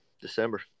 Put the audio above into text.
December